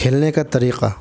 کھیلنے کا طریقہ